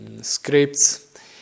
scripts